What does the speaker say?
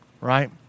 right